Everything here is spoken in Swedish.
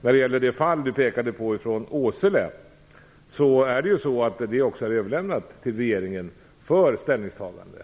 Vad gäller det fall i Åsele som Georg Andersson påtalade är det fallet överlämnat till regeringen för dess ställningstagande.